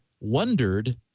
wondered